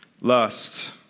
lust